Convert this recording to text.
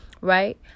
right